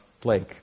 flake